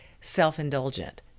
self-indulgent